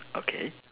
okay